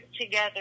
together